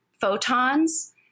photons